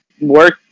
work